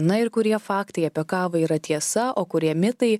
na ir kurie faktai apie kavą yra tiesa o kurie mitai